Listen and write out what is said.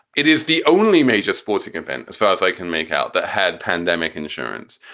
it is the only major sporting event, as far as i can make out, that had pandemic insurance.